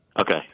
Okay